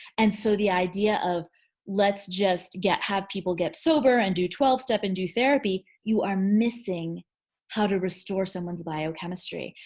and so the idea of let's just get have people get sober and do twelve step and do therapy you are missing how to restore someone's biochemistry.